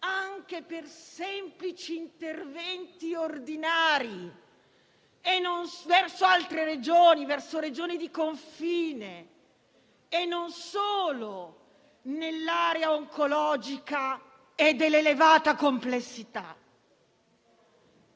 anche per semplici interventi ordinari verso Regioni di confine e non solo nell'area oncologica e dell'elevata complessità.